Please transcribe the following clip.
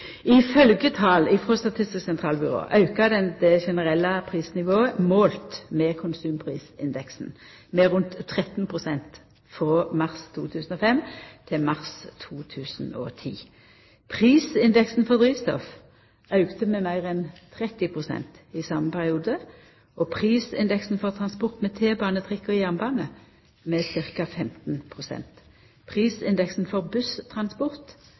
prisnivået, målt med konsumprisindeksen, med rundt 13 pst. frå mars 2005 til mars 2010. Prisindeksen for drivstoff auka med meir enn 30 pst. i den same perioden, og prisindeksen for transport med T-bane, trikk og jernbane med ca. 15 pst. Prisindeksen for busstransport